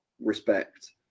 respect